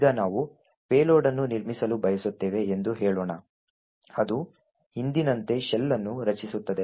ಈಗ ನಾವು ಪೇಲೋಡ್ ಅನ್ನು ನಿರ್ಮಿಸಲು ಬಯಸುತ್ತೇವೆ ಎಂದು ಹೇಳೋಣ ಅದು ಹಿಂದಿನಂತೆ ಶೆಲ್ ಅನ್ನು ರಚಿಸುತ್ತದೆ